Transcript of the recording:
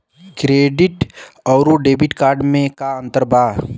Credit अउरो debit card मे का अन्तर बा?